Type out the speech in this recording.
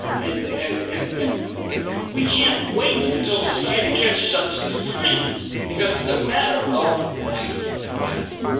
and and and and we can't wait until society catches up to the science because it's a matter of life and death.